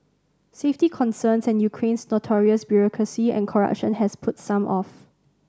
safety concerns and Ukraine's notorious bureaucracy and corruption has put some off